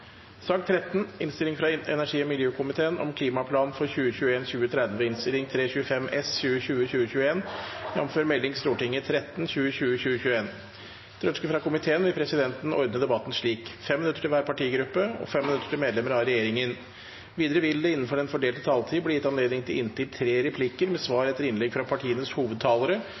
sak nr. 15. Etter ønske fra transport- og kommunikasjonskomiteen vil presidenten ordne debatten slik: 3 minutter til hver partigruppe og 3 minutter til medlemmer av regjeringen. Videre vil det – innenfor den fordelte taletid – bli gitt anledning til inntil seks replikker med svar etter innlegg fra